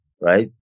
right